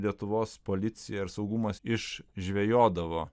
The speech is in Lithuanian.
lietuvos policija ir saugumas išžvejodavo